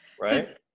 Right